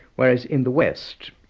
whereas in the west,